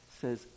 says